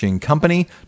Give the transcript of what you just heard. company